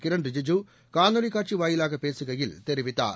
கிரண் ரிஜிஜூ காணொலிக் காட்சி வாயிலாக பேசுகையில் தெரிவித்தார்